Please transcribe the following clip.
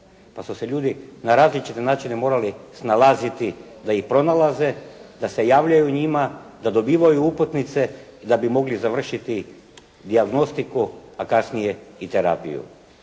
pa su se ljudi na različite načine morali snalaziti da ih pronalaze, da se javljaju njima, da dobivaju uputnice i da bi mogli završiti dijagnostiku, a kasnije i terapiju.